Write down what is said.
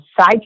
side